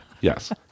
Yes